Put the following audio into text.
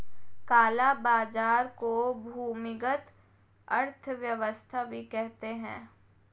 काला बाजार को भूमिगत अर्थव्यवस्था भी कहते हैं